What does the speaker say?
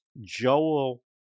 Joel